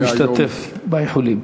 אני משתתף באיחולים.